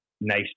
nice